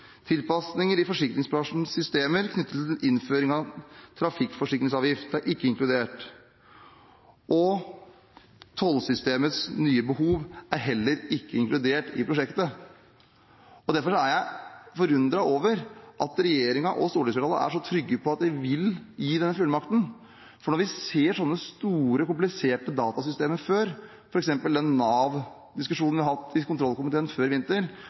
Tilpasninger i forsikringsbransjens systemer knyttet til innføring av trafikkforsikringsavgift – det er ikke inkludert. Tollsystemets nye behov er heller ikke inkludert i prosjektet. Derfor er jeg forundret over at regjeringen og stortingsflertallet er så trygge på at de vil gi den fullmakten. Når vi ser på sånne store, kompliserte datasystemer fra før, f.eks. den Nav-diskusjonen som vi har hatt i kontrollkomiteen før i vinter,